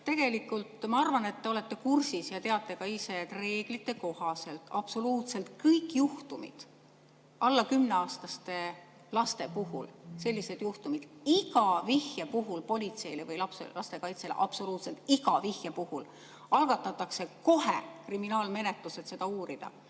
Tegelikult ma arvan, et te olete kursis ja teate ka ise, et reeglite kohaselt absoluutselt kõik sellised juhtumid alla kümneaastaste laste puhul, iga vihje puhul politseile või lastekaitsele, absoluutselt iga vihje puhul algatatakse kohe kriminaalmenetlus, et seda uurida.